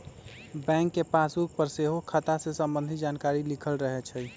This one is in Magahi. बैंक के पासबुक पर सेहो खता से संबंधित जानकारी लिखल रहै छइ